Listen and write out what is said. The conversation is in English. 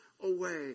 away